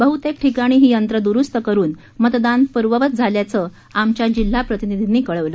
बह्तेक ठिकाणी ही यंत्रे दुरुस्त करुन मतदान पूर्ववत सुरु झाल्याचे आमच्या जिल्हाप्रतिनीधींनी कळवलं